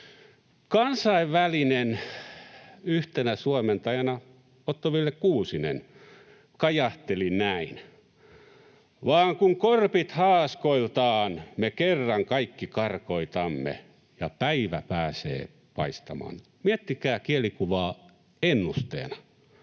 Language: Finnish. Kansainvälinen, yhtenä suomentajana Otto Wille Kuusinen, kajahteli näin: ”Vaan kun korpit haaskoiltaan / me kerran kaikki karkoitamme / niin päivä pääsee paistamaan.” Miettikää kielikuvaa ennusteena.